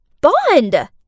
Bond